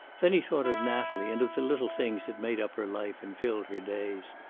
then he thought of natalie, and of the little things that made up her life and filled her days.